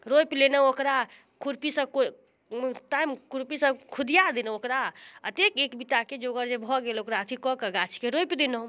रोपि लेलहुँ ओकरा खुरपीसँ कोइटा खुरपीसँ खोदिआ देलहुँ ओकरा एतेक एक बित्ताके जोगर जे भऽ गेल ओकरा अथी कऽ कऽ गाछके रोपि देलहुँ